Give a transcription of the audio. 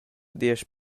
diesch